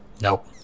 Nope